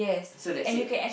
so let's say